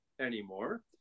anymore